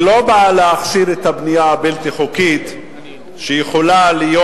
היא לא באה להכשיר את הבנייה הבלתי-חוקית שיכולה להיות